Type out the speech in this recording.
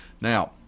Now